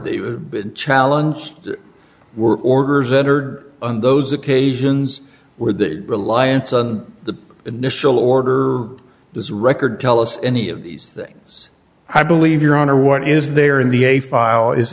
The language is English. the challenge were orders entered on those occasions where the reliance on the initial order this record tell us any of these things i believe your honor what is there in the